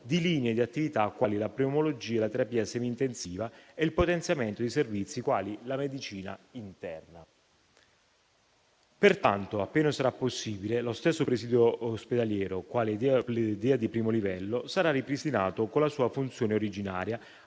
di linee di attività quali la pneumologia e la terapia semintensiva e il potenziamento di servizi quali la medicina interna. Pertanto, appena sarà possibile, lo stesso presidio ospedaliero quale DEA di primo livello sarà ripristinato con la funzione originaria